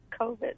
COVID